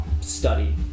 study